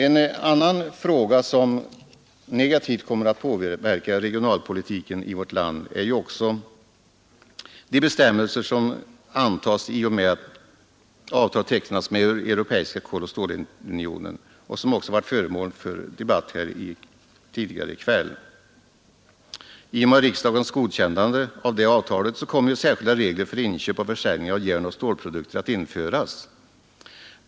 En annan faktor som negativt kommer att påverka regionalpolitiken i vårt land är de bestämmelser som antas i och med att avtalet tecknas med Europeiska Koloch stålunionen och som också har varit föremål för debatt tidigare i dag. Genom riksdagens godkännande av det avtalet kommer särskilda regler för inköp och försäljning av järnoch stålprodukter att införas.